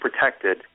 protected